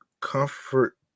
comfort